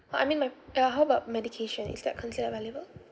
orh I mean my ya how about medication is that considered valuable